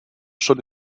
schon